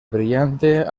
brillante